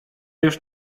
już